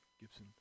Gibson